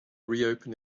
reopen